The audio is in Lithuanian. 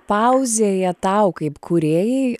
pauzėje tau kaip kūrėjai